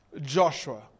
Joshua